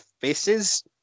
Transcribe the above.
faces